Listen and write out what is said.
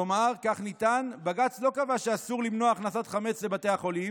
כלומר כך נטען: בג"ץ לא קבע שאסור למנוע הכנסת חמץ לבתי החולים,